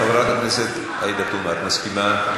חברת הכנסת עאידה תומא, את מסכימה?